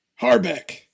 Harbeck